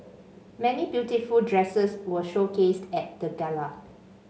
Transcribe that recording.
many beautiful dresses were showcased at the gala